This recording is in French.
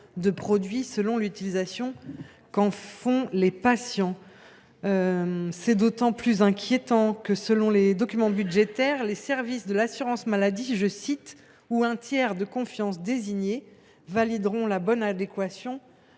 de produits selon l’utilisation que ces derniers en font. C’est d’autant plus inquiétant que, selon les documents budgétaires, « les services de l’assurance maladie ou un tiers de confiance désigné valideront la bonne adéquation